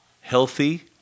healthy